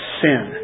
sin